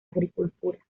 agricultura